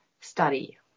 study